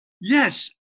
Yes